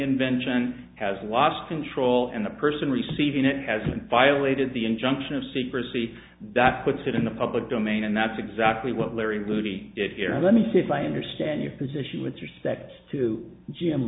invention has lost control and the person receiving it hasn't violated the injunction of secrecy that puts it in the public domain and that's exactly what larry lucy if you're let me see if i understand your position with respect to